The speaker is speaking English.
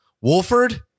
Wolford